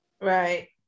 Right